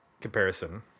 comparison